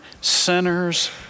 sinners